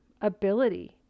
ability